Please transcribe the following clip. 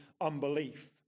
unbelief